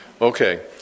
Okay